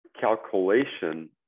calculation